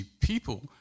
people